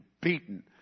beaten